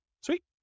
Sweet